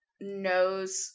knows